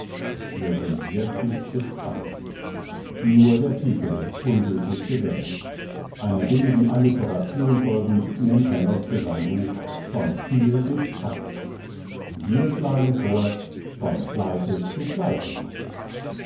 wir sind wirklich gespannt nur der titel ist unglücklich gewählt einer billigen alliteration folgend nennt herr noske sein buch von kiel bis kapp wir schlagen vor von pleite zu pleite